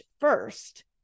first